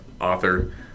author